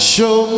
Show